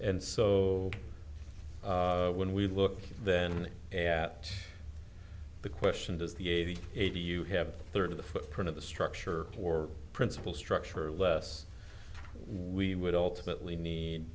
and so when we look then at the question does the eighty eighty you have a third of the footprint of the structure or principal structure less we would ultimately need